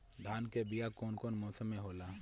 धान के बीया कौन मौसम में होला?